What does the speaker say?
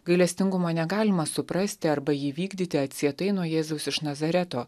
gailestingumo negalima suprasti arba jį vykdyti atsietai nuo jėzaus iš nazareto